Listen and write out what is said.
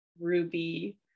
ruby